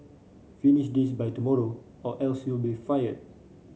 finish this by tomorrow or else you'll be fired